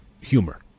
humor